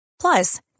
Plus